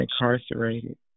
incarcerated